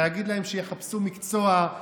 להגיד להם שיחפשו מקצוע,